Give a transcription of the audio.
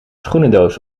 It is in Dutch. schoenendoos